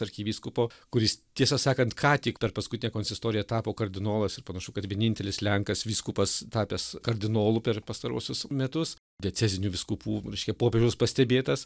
arkivyskupo kuris tiesą sakant ką tik per paskutinę konsistoriją tapo kardinolas ir panašu kad vienintelis lenkas vyskupas tapęs kardinolu per pastaruosius metus diecezinių vyskupų reiškia popiežiaus pastebėtas